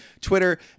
Twitter